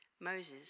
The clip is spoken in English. Moses